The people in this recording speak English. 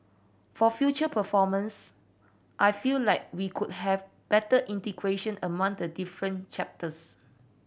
for future performance I feel like we could have better integration among the different chapters